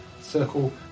circle